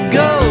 go